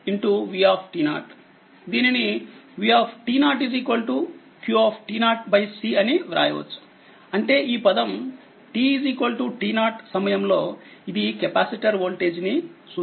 దీనినిv q c అని వ్రాయవచ్చు అంటేఈ పదంt t0సమయంలో ఇది కెపాసిటర్ వోల్టేజ్ ని సూచిస్తుంది